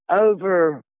Over